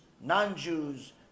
non-Jews